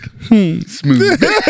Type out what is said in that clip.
Smooth